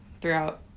throughout